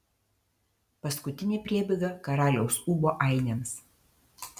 paskutinė priebėga karaliaus ūbo ainiams